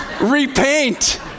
Repaint